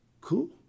cool